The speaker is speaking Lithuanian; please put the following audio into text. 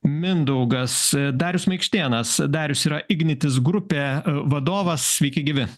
mindaugas darius maikštėnas darius yra ignitis grupė vadovas sveiki gyvi